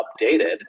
updated